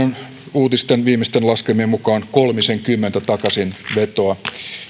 uutisten viimeisten laskelmien mukaan kolmisenkymmentä takaisinvetoa